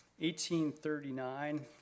1839